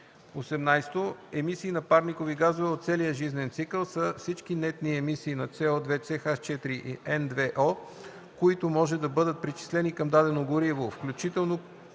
18. „Емисии на парникови газове от целия жизнен цикъл” са всички нетни емисии на CO2, CH4 и N2O, които може да бъдат причислени към дадено гориво (включително